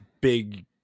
big